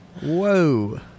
Whoa